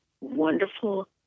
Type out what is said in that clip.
wonderful